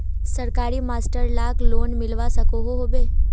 सरकारी मास्टर लाक लोन मिलवा सकोहो होबे?